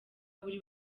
buri